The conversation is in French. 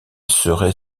serait